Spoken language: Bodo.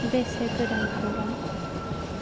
बेसे गोदान खौरां